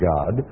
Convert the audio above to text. God